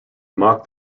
mock